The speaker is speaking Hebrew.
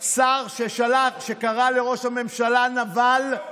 שר שקרא לראש הממשלה "נבל",